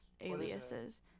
aliases